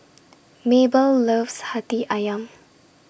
Mabell loves Hati Ayam